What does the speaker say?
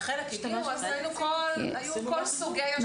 היו כל סוגי השירותים למיניהם.